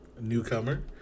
newcomer